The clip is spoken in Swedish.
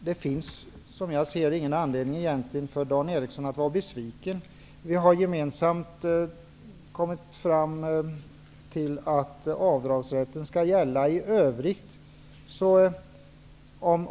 Herr talman! Som jag ser det finns det egentligen ingen anledning för Dan Eriksson att vara besviken. Vi har gemensamt kommit fram till att avdragsrätten skall gälla.